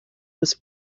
was